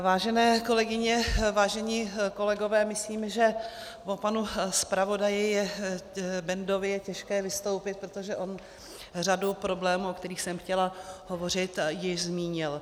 Vážené kolegyně, vážení kolegové, myslím, že po panu zpravodaji Bendovi je těžké vystoupit, protože on řadu problémů, o kterých jsem chtěla hovořit, již zmínil.